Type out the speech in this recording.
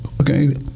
okay